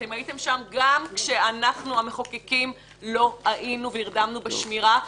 אתם הייתם שם גם כשאנחנו המחוקקים לא היינו ונרדמנו בשמירה.